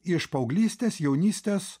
iš paauglystės jaunystės